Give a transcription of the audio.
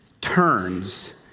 turns